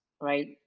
right